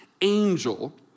angel